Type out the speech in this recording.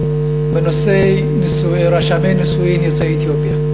בנושא רשמי נישואים יוצאי אתיופיה,